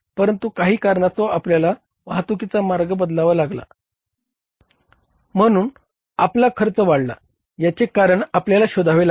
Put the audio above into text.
परंतु काही कारणास्तव आपल्याला वाहतुकीचा मार्ग बदलावा लागला म्हणून आपला खर्च वाढला याचे कारण आपल्याला शोधावे लागेल